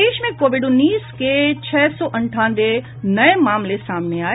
प्रदेश में कोविड उन्नीस के छह सौ अंठानवे नये मामले सामने आये